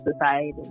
society